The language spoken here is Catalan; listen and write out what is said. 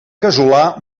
casolà